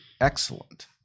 excellent